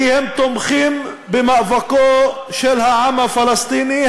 כי הם תומכים במאבקו של העם הפלסטיני,